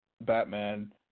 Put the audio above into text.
Batman